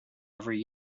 every